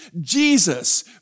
Jesus